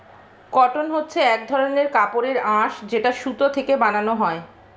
cotton হচ্ছে এক ধরনের কাপড়ের আঁশ যেটা সুতো থেকে বানানো হয়